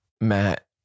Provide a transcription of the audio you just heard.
Matt